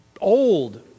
old